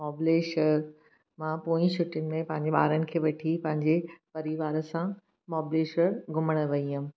महाबलेश्वर मां पोइ छुटियुनि में पंहिंजे ॿारनि खे वठी पंहिंजे परिवार सां महाबलेश्वर घुमणु वई हुयमि